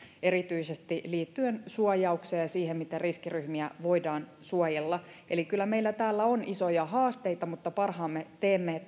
erityisesti liittyen suojaukseen ja siihen miten riskiryhmiä voidaan suojella eli kyllä meillä täällä on isoja haasteita mutta parhaamme teemme